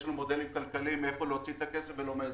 יש לנו מודלים כלכליים מאיפה להוציא את הכסף ולא מהאזרחים.